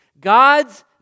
God's